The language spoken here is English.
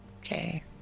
Okay